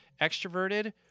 extroverted